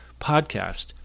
podcast